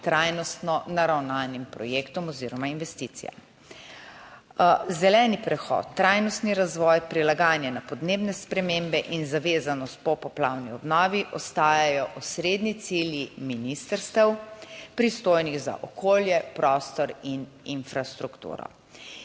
trajnostno naravnanim projektom oziroma investicijam. Zeleni prehod, trajnostni razvoj, prilagajanje na podnebne spremembe in zavezanost po poplavni obnovi ostajajo osrednji cilji ministrstev, pristojnih za okolje, prostor in infrastrukturo.